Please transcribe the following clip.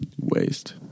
waste